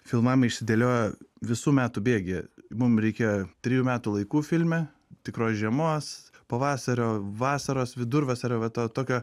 filmavimai išsidėliojo visų metų bėgyje mum reikėjo trijų metų laikų filme tikros žiemos pavasario vasaros vidurvasario va to tokio